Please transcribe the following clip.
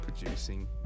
producing